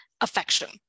affection